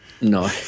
No